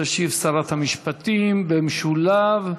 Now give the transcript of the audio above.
תשיב שרת המשפטים במשולב.